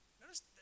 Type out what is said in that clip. Notice